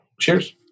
cheers